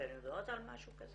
אתן יודעות על משהו כזה?